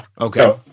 Okay